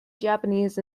japanese